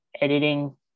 editing